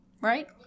Right